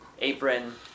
apron